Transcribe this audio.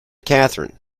catherine